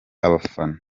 abafana